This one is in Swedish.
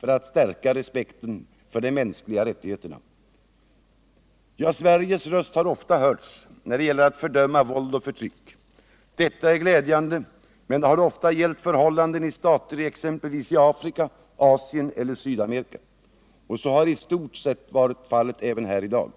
för att stärka respekten för de mänskliga rättigheterna.” Ja, Sveriges röst har ofta hörts när det gäller att fördöma våld och förtryck. Detta är glädjande, men det har då ofta gällt förhållandena i stater i exempelvis Afrika, Asien eller Sydamerika. Så har i stort sett varit fallet även här i dag.